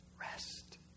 Rest